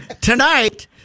tonight